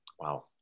Wow